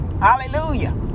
Hallelujah